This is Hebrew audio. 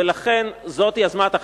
ולכן זאת יוזמת החקיקה.